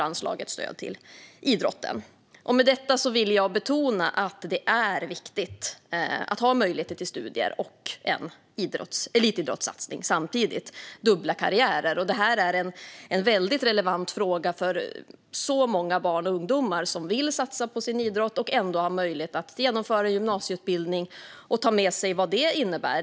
Med detta vill jag betona att det är viktigt att ha möjligheter till studier och en elitidrottssatsning samtidigt - alltså till dubbla karriärer. Detta är en väldigt relevant fråga för många barn och ungdomar som vill satsa på sin idrott och ändå ha möjlighet att genomföra gymnasieutbildning och ta med sig vad detta innebär.